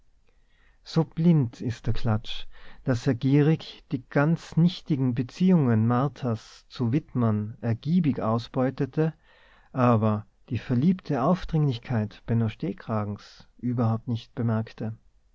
so blind ist der klatsch daß er gierig die ganz nichtigen beziehungen marthas zu wittmann ergiebig ausbeutete aber die verliebte aufdringlichkeit benno stehkragens überhaupt nicht bemerkte